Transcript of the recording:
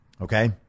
Okay